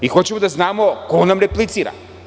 Hoćemo da znamo ko nam replicira.